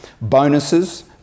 Bonuses